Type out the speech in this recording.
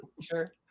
sure